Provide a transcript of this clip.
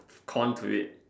con to it